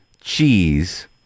cheese